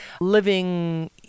living